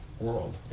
world